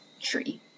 tree